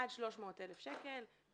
עד 300,000 שקל,